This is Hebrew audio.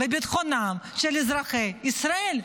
בביטחונם של אזרחי ישראל,